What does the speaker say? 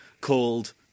called